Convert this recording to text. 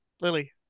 Lily